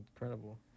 incredible